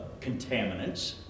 contaminants